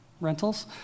rentals